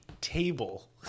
table